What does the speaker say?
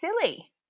silly